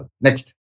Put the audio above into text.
Next